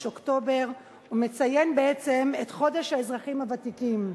אוקטובר ומציין בעצם את חודש האזרחים הוותיקים.